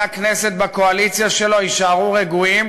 הכנסת בקואליציה שלו יישארו רגועים,